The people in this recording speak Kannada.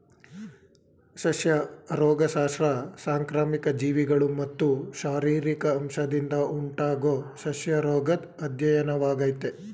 ಸಸ್ಯ ರೋಗಶಾಸ್ತ್ರ ಸಾಂಕ್ರಾಮಿಕ ಜೀವಿಗಳು ಮತ್ತು ಶಾರೀರಿಕ ಅಂಶದಿಂದ ಉಂಟಾಗೊ ಸಸ್ಯರೋಗದ್ ಅಧ್ಯಯನವಾಗಯ್ತೆ